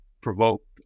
provoked